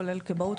כולל כבאות,